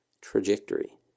trajectory